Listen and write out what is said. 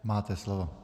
Máte slovo.